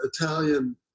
Italian